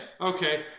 Okay